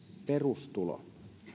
perustulo